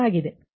05 ಆಗಿದೆ